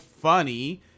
funny